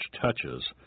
touches